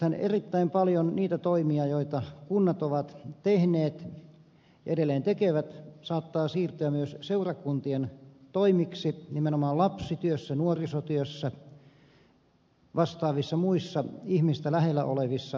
nythän erittäin monet niistä toimista joita kunnat ovat tehneet edelleen tekevät saattavat siirtyä myös seurakuntien toimiksi nimenomaan lapsityössä nuorisotyössä vastaavissa muissa ihmistä lähellä olevissa asioissa